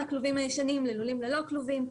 המעבר ללולי חופש.